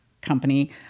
company